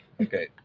Okay